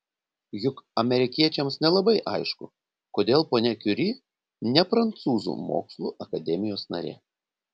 juk amerikiečiams nelabai aišku kodėl ponia kiuri ne prancūzų mokslų akademijos narė